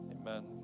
Amen